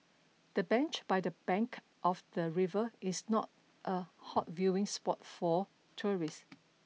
the bench by the bank of the river is not a hot viewing spot for tourists